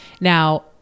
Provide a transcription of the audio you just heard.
Now